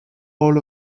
hall